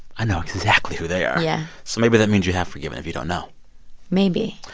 i know exactly who they are yeah so maybe that means you have forgiven if you don't know maybe